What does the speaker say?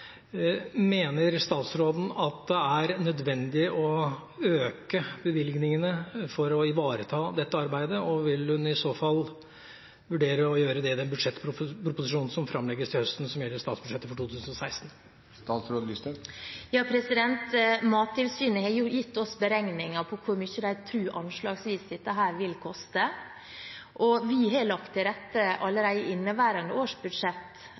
Mener statsråden det er nødvendig å øke bevilgningene for å ivareta dette arbeidet, og vil hun i så fall vurdere å gjøre det i budsjettproposisjonen som framlegges til høsten, og som gjelder statsbudsjettet for 2016? Mattilsynet har gitt oss beregninger av hvor mye de anslagsvis tror dette vil koste, og vi har lagt til rette for allerede i inneværende